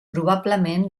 probablement